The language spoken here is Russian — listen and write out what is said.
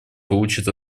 получит